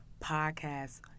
Podcast